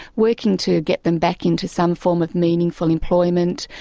working to get them back into some form of meaningful employment,